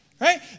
right